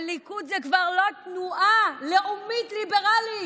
הליכוד זו כבר לא תנועה לאומית ליברלית.